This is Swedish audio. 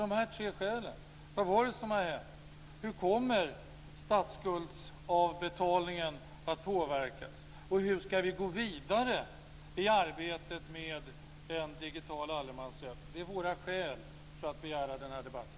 De här tre frågorna - vad det var som hände, hur statsskuldsavbetalningen kommer att påverkas och hur vi ska gå vidare i arbetet med en digital allemansrätt - är våra skäl för att begära den här debatten.